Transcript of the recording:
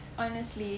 honestly